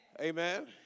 Amen